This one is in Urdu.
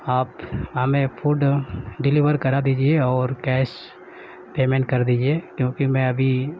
آپ ہمیں فوڈ ڈلیور کرا دیجیے اور کیش پیمینٹ کر دیجیے کیونکہ میں ابھی